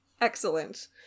Excellent